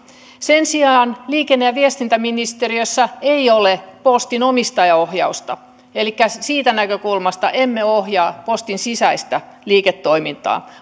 sen sijaan liikenne ja viestintäministeriössä ei ole postin omistajaohjausta elikkä siitä näkökulmasta emme ohjaa postin sisäistä liiketoimintaa